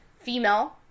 female